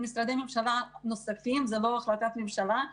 משרדי ממשלה נוספים זו לא החלטת ממשלה,